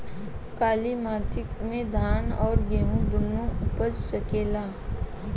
काली माटी मे धान और गेंहू दुनो उपज सकेला?